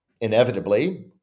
inevitably